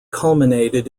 culminated